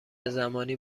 زمانی